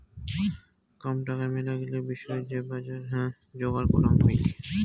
কম টাকায় মেলাগিলা বিষয় যে বজার যোগার করাং হই